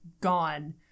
gone